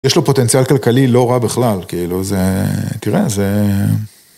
יש לו פוטנציאל כלכלי לא רע בכלל, כאילו, זה... תראה, זה...